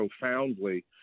profoundly